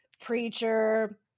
preacher